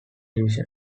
division